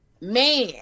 man